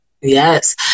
Yes